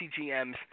GMs